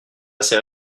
assez